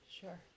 Sure